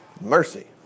Mercy